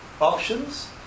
options